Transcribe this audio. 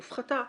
הופחתה.